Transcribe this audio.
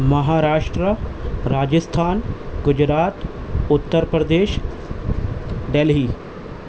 Maharashtra Rajasthan Gujarat Uttar Pradesh Delhi